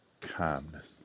calmness